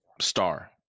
star